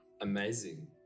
Amazing